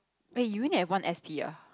eh you only have one S_P ah